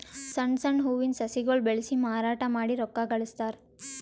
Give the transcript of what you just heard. ಸಣ್ಣ್ ಸಣ್ಣ್ ಹೂವಿನ ಸಸಿಗೊಳ್ ಬೆಳಸಿ ಮಾರಾಟ್ ಮಾಡಿ ರೊಕ್ಕಾ ಗಳಸ್ತಾರ್